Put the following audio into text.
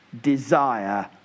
Desire